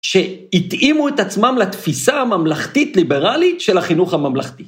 שהתאימו את עצמם לתפיסה הממלכתית-ליברלית של החינוך הממלכתי.